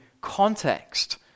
context